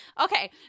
Okay